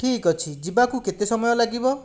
ଠିକ୍ ଅଛି ଯିବାକୁ କେତେ ସମୟ ଲାଗିବ